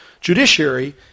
judiciary